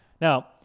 Now